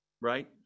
right